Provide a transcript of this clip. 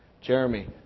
Jeremy